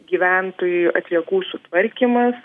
gyventojų atliekų sutvarkymas